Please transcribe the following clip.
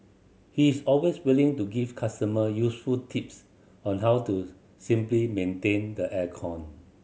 he is always willing to give customer useful tips on how to simply maintain the air con